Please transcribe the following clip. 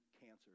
cancer